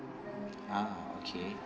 ah okay